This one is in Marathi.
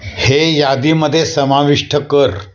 हे यादीमध्ये समाविष्ट कर